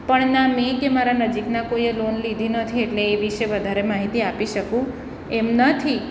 પણ ના મેં કે મારા નજીકના કોઈએ લોન લીધી નથી એટલે એ વિષે વધારે માહિતી આપી શકું એમ નથી